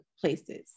places